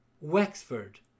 Wexford